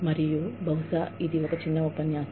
మరియు బహుశా ఇది ఒక చిన్న ఉపన్యాసం